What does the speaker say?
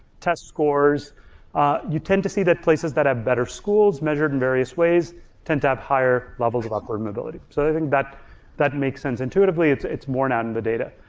test scores you tend to see that places that have better schools measured in various ways tend to have higher levels of upward mobility. so i think that that makes sense. intuitively, it's it's more and on the data.